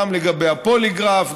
גם לגבי הפוליגרף,